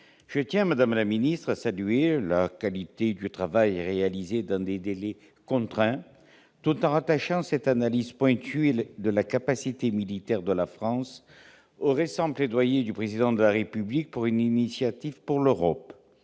Je tiens, madame la ministre, à saluer la qualité du travail réalisé dans des délais contraints, tout en rattachant cette analyse pointue de la capacité militaire de la France au récent plaidoyer du Président de la République pour une Initiative pour l'Europe,